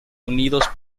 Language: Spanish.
unidos